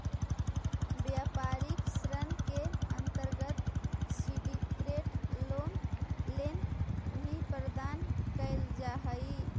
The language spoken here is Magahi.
व्यापारिक ऋण के अंतर्गत सिंडिकेट लोन भी प्रदान कैल जा हई